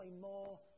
more